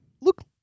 look